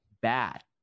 Bad